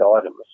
items